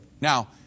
Now